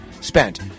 spent